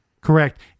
correct